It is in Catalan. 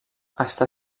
està